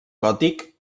gòtic